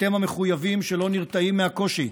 אתם המחויבים שלא נרתעים מהקושי.